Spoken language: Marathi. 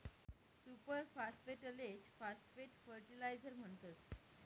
सुपर फास्फेटलेच फास्फेट फर्टीलायझर म्हणतस